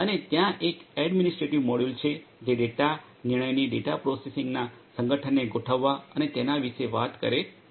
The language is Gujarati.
અને ત્યાં એક એડમીનીસ્ટ્રેટિવ મોડ્યુલ છે જે ડેટા નિર્ણયની ડેટા પ્રોસેસિંગના સંગઠનને ગોઠવવા અને તેના વિશે વાત કરે છે